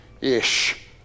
Ish